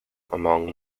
among